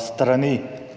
strani,